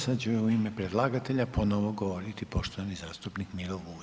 Sad će u ime predlagatelja ponovo govoriti poštovani zastupnik Miro Bulj.